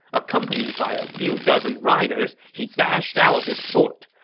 accompanied by a few dozen riders, he dashed out of his fort.